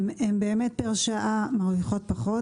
והן באמת מרוויחות פחות פר שעה,